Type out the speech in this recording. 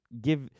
give